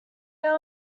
are